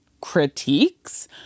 critiques